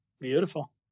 Beautiful